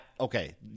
Okay